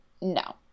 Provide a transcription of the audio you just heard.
no